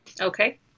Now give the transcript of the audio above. Okay